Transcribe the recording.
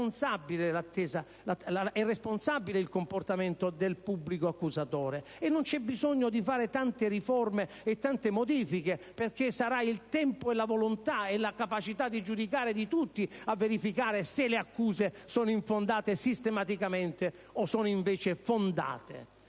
è responsabile il comportamento del pubblico accusatore. E non c'è bisogno di fare tante riforme, né tante modifiche, perché sarà il tempo e la volontà e la capacità di giudicare di tutti a verificare se le accuse sono sistematicamente infondate,